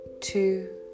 two